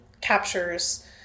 captures